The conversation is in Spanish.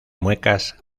muecas